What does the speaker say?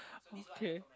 okay